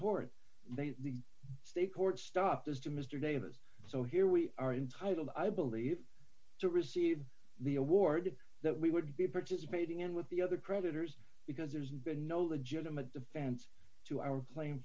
court but the state court stopped us to mr davis so here we are entitled i believe to receive the award that we would be participating in with the other creditors because there's been no legitimate defense to our claim